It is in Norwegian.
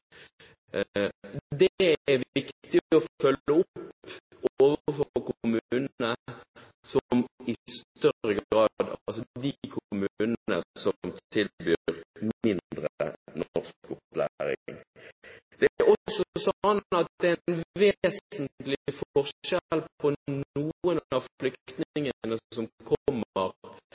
Det er viktig å følge opp overfor de kommunene som tilbyr mindre norskopplæring. Det er også sånn at det er en vesentlig forskjell på noen av flyktningene som kommer